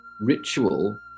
ritual